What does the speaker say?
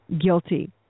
guilty